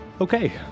Okay